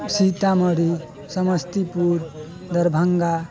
Sitamarhi Samastipur Darbhanga